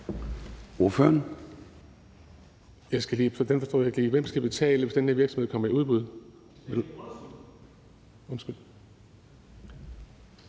Hvem skal betale, hvis den her virksomhed kommer i udbud? Undskyld,